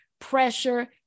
pressure